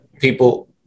people